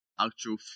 actual